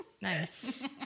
Nice